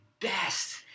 best